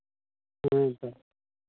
ᱦᱩᱸ ᱛᱚ